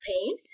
pain